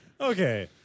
Okay